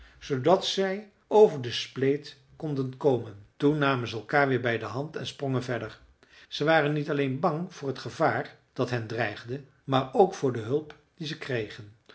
zoodat zij over de spleet konden komen toen namen ze elkaar weer bij de hand en sprongen verder ze waren niet alleen bang voor het gevaar dat hen dreigde maar ook voor de hulp die ze kregen